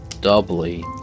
doubly